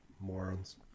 morons